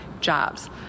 jobs